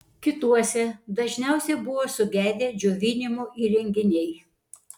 kituose dažniausiai buvo sugedę džiovinimo įrenginiai